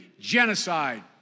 genocide